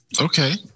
Okay